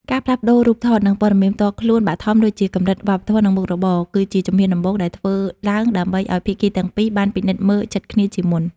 ការផ្លាស់ប្តូររូបថត និងព័ត៌មានផ្ទាល់ខ្លួនបឋមដូចជាកម្រិតវប្បធម៌ និងមុខរបរ គឺជាជំហានដំបូងដែលធ្វើឡើងដើម្បីឱ្យភាគីទាំងពីរបានពិនិត្យមើលចិត្តគ្នាជាមុន។